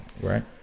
right